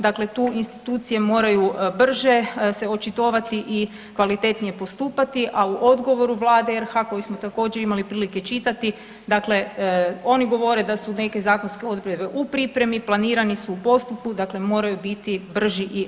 Dakle, tu institucije moraju brže se očitovati i kvalitetnije postupati, a u odgovoru Vlade RH koju smo također imali prilike čitati dakle oni govore da su neke zakonske odredbe u pripremi, planirani su u postupku dakle, moraju biti brži i agilniji.